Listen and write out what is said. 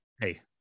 Hey